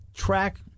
track